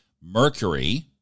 Mercury